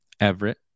Everett